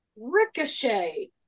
Ricochet